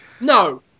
no